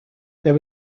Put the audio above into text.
there